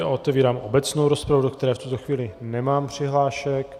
Otevírám obecnou rozpravu, do které v tuto chvíli nemám přihlášek.